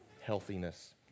healthiness